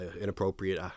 inappropriate